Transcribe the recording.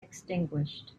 extinguished